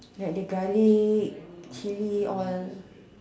like the garlic chilli all